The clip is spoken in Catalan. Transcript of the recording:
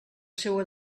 seua